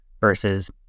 versus